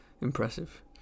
impressive